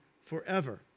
forever